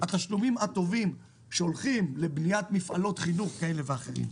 התשלומים הטובים שהולכים לבניית מפעלות חינוך כאלה ואחרים.